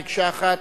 מקשה אחת,